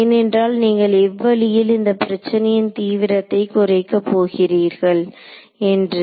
ஏனென்றால் நீங்கள் எவ்வழியில் இந்த பிரச்சனையின் தீவிரத்தை குறைக்க போகிறீர்கள் என்று